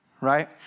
right